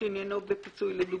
שעניינו בפיצוי לדוגמה.